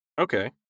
Okay